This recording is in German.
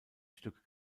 stück